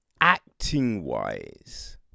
acting-wise